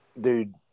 dude